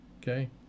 okay